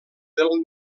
del